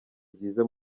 byiza